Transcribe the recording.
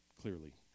clearly